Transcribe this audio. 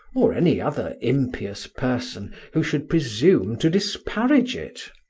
or any other impious person, who should presume to disparage it.